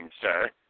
sir